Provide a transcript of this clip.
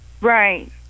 right